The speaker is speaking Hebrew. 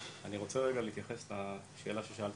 אלא גם ליצור את כל הארגון עצמו לשלם לאנשים